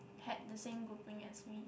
had the same grouping as me